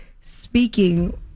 speaking